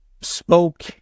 spoke